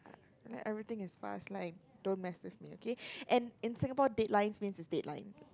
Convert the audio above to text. like everything is fast like don't mess with me okay and in Singapore deadlines means is deadlines